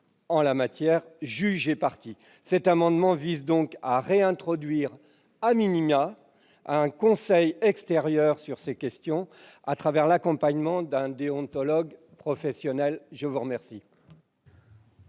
en la matière juges et parties. Cet amendement vise donc à réintroduire un conseil extérieur sur ces questions, à travers l'accompagnement d'un déontologue professionnel. Quel